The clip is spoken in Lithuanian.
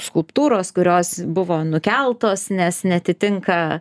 skulptūros kurios buvo nukeltos nes neatitinka